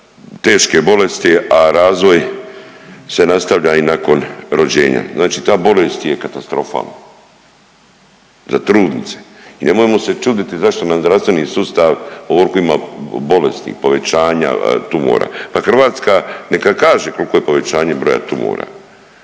teške bolesti, a razvoj se nastavlja i nakon rođenja. Znači ta bolest je katastrofalna. Za trudnice. I nemojmo se čuditi zašto nam zdravstveni sustav ovoliko ima bolesti, povećanja tumora, pa Hrvatska, neka kaže koliko je povećanje broja tumora.